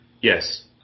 Yes